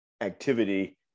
activity